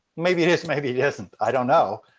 maybe it is, maybe it isn't, i don't know.